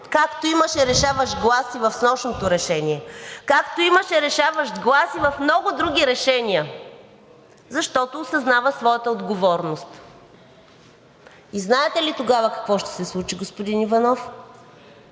както имаше решаващ глас и в снощното решение, както имаше решаващ глас и в много други решения, защото осъзнава своята отговорност. Знаете ли тогава какво ще се случи, господин Иванов?